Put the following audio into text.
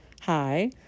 hi